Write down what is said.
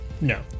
No